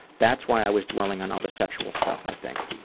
that's why i was dwelling on all the sexual stuff, i think.